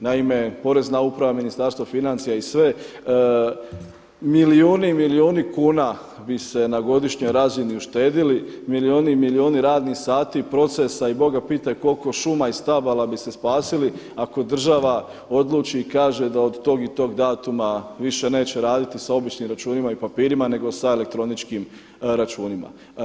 Naime, Porezna uprava Ministarstva financija i sve milijuni i milijuni kuna bi se na godišnjoj razini uštedili, milijuni i milijuni radnih sati procesa i boga pitaj koliko šuma i stabala bi se spasili ako država odluči i kaže da od tog i tog datuma više neće raditi sa običnim računima i papirima nego sa elektroničkim računima.